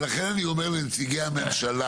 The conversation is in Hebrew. ולכן אני אומר לנציגי הממשלה,